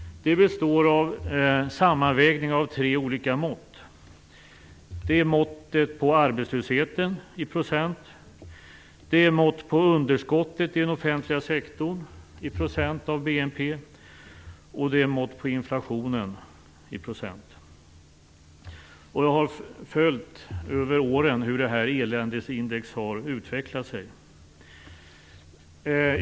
Det består av en sammanvägning av tre olika mått. Det handlar om måttet på arbetslösheten i procent, måttet på underskottet i den offentliga sektorn i procent av BNP och måttet på inflationen i procent. Jag har över åren följt hur detta eländesindex har utvecklat sig.